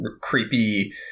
creepy